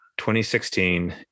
2016